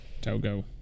Togo